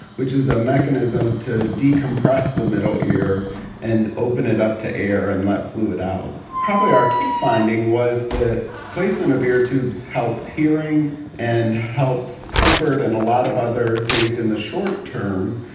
which is a mechanism to decompress the middle ear and open it up to air and let fluid out. probably our key finding was that placement of ear tubes helps hearing and helps comfort and a lot of other things in the short term,